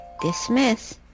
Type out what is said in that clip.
Dismiss